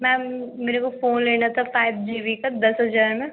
ma'am मेरे को phone लेना था पाँच जी बी का दस हजार में